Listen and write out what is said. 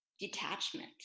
detachment